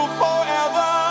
forever